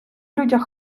людях